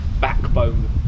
backbone